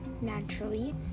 naturally